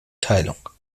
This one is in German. teilung